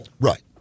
Right